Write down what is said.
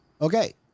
okay